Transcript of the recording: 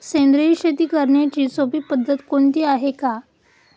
सेंद्रिय शेती करण्याची सोपी पद्धत कोणती आहे का?